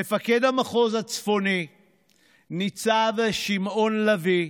מפקד המחוז הצפוני ניצב שמעון לביא,